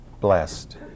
blessed